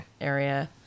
area